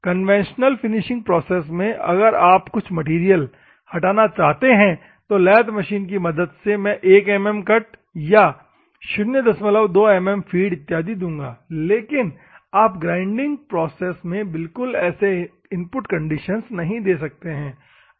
conventional finishing process में अगर आप कुछ मैटेरियल हटाना चाहते हैं तो लेथ मशीन की मदद से तो मैं 1mm कट और 02 mm फीड इत्यादि दूंगा लेकिन आप ग्राइंडिंग प्रोसेस में बिलकुल ऐसे इनपुट कंडीशंस नहीं दे सकते हैं